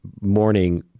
morning